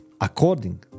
According